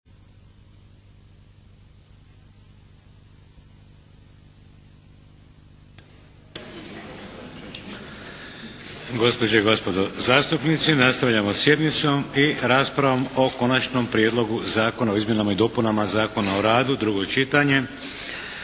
Gospođe i gospodo zastupnici! Nastavljamo sa sjednicom i raspravom o - Konačni prijedlog Zakona o izmjenama i dopunama Zakona o radu – predlagateljica